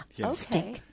okay